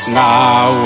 now